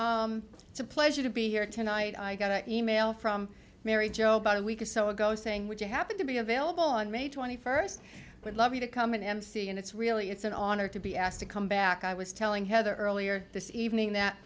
back it's a pleasure to be here tonight i got an e mail from mary jo about a week or so ago saying would you happen to be available on may twenty first would love you to become an emcee and it's really it's an honor to be asked to come back i was telling heather earlier this evening that